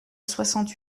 soixante